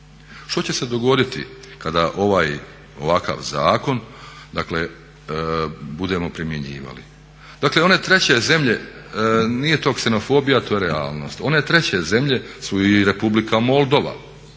Što će se dogoditi kada ovakav zakon budemo primjenjivali? Dakle one 3. zemlje, nije to ksenofobija, to je realnost, one 3. zemlje su i Republika Moldova